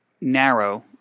narrow